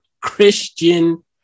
Christian